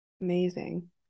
Amazing